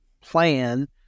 plan